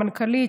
המנכ"לית,